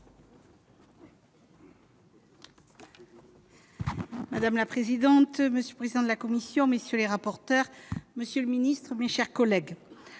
Madame la présidente, monsieur le président de la commission, messieurs les rapporteurs, monsieur le Ministre, mes chers collègues,